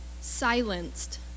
silenced